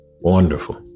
Wonderful